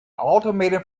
ultimatum